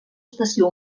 estació